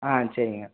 ஆ சரிங்க